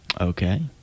okay